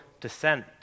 descent